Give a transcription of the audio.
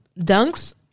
dunks